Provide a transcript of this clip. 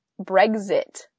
Brexit